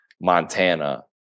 Montana